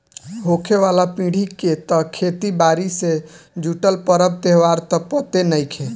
होखे वाला पीढ़ी के त खेती बारी से जुटल परब त्योहार त पते नएखे